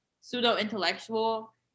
pseudo-intellectual